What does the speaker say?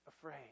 afraid